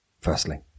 firstly